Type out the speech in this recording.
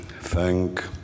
thank